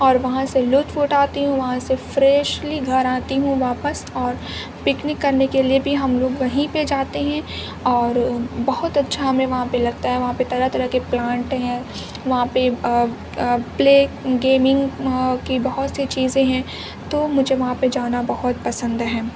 اور وہاں سے لطف اٹھاتی ہوں وہاں سے فریشلی گھر آتی ہوں واپس اور پکنک کرنے کے لیے بھی ہم لوگ وہیں پہ جاتے ہیں اور بہت اچھا ہمیں وہاں پہ لگتا ہے وہاں پہ طرح طرح کے پلانٹ ہیں وہاں پہ پلے گیمنگ وہاں کی بہت سی چیزیں ہیں تو مجھے وہاں پہ جانا بہت پسند ہے